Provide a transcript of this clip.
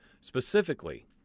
specifically